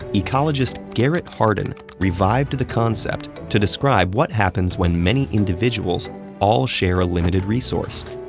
ecologist garrett hardin revived the concept to describe what happens when many individuals all share a limited resource,